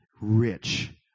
rich